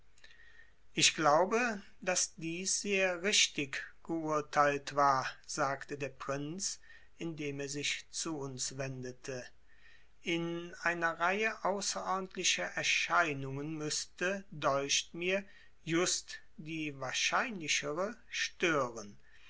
ich glaube daß dies sehr richtig geurteilt war sagte der prinz indem er sich zu uns wendete in einer reihe außerordentlicher erscheinungen müßte deucht mir just die wahrscheinlichere stören